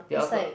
the alcohol